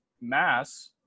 mass